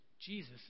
Jesus